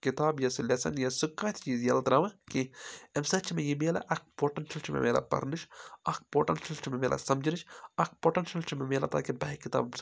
کِتاب یا سُہ لؠسن یا سُہ کانہہ تہِ چیٖز ییٚلہِ تراوان کینہہ امہِ سٟتۍ چھُ مےٚ یہِ ملان اَکھ پورٹیٚنشل چھ مےٚ ملان پَرنٕچ اَکھ پورٹیٚنشل چھُ مےٚ ملان سَمجھنٕچ اَکھ پوٹؠنشَل چھُ مےٚ ملان تاکہِ بہٕ ہؠکہٕ کِتابَن سٟتۍ روٗزِتھ